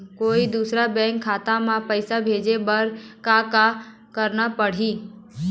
कोई दूसर बैंक खाता म पैसा भेजे बर का का करना पड़ही?